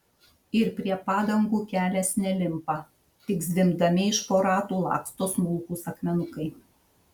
ir prie padangų kelias nelimpa tik zvimbdami iš po ratų laksto smulkūs akmenukai